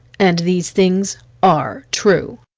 and these things are true.